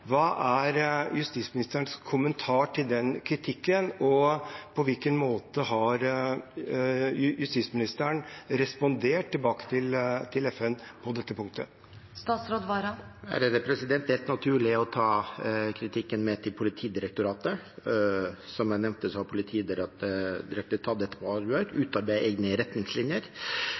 Hva er justisministerens kommentar til den kritikken, og på hvilken måte har justisministeren respondert tilbake til FN på dette punktet? Det er naturlig å ta kritikken med til Politidirektoratet. Som jeg nevnte, har Politidirektoratet tatt dette på alvor og utarbeidet retningslinjer.